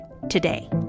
Today